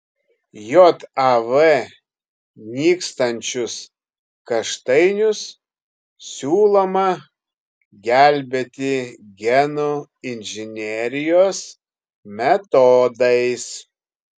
jav nykstančius kaštainius siūloma gelbėti genų inžinerijos metodais